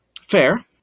Fair